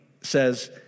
says